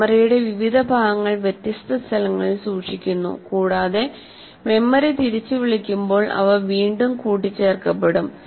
മെമ്മറിയുടെ വിവിധ ഭാഗങ്ങൾ വ്യത്യസ്ത സ്ഥലങ്ങളിൽ സൂക്ഷിക്കുന്നു കൂടാതെ മെമ്മറി തിരിച്ചുവിളിക്കുമ്പോൾ അവ വീണ്ടും കൂട്ടിച്ചേർക്കപ്പെടും